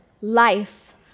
life